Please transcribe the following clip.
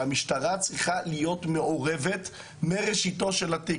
שהמשטרה צריכה להיות מעורבת מראשיתו של התיק.